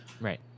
Right